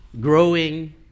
growing